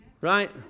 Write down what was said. Right